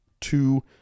two